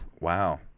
wow